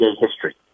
history